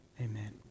Amen